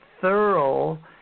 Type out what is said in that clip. Thorough